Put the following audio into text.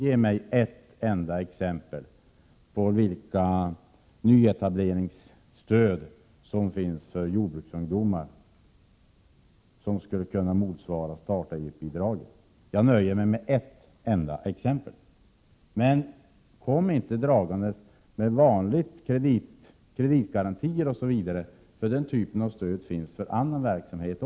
Ge mig då ett enda exempel på nyetableringsstöd för jordbrukarungdomar som skulle kunna motsvara starta-eget-bidraget! Jag nöjer mig med ett enda exempel. Men kom inte dragande med vanliga kreditgarantier osv., därför att den typen av stöd ges också till annan verksamhet.